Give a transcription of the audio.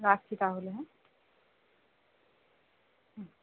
রাখছি তাহলে হ্যাঁ